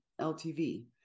LTV